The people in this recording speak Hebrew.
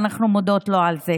ואנחנו מודות לו על זה.